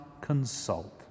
consult